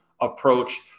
approach